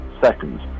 seconds